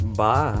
Bye